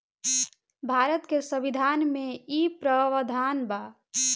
भारत के संविधान में इ प्रावधान बा